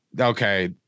okay